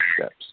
steps